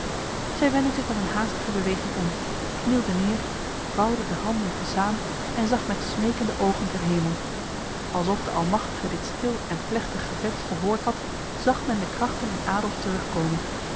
zij wendde zich met een haastige beweging om knielde neer vouwde de handen te saam en zag met smekende ogen ten hemel alsof de almachtige dit stil en plechtig gebed verhoord had zag men de krachten in adolf terugkomen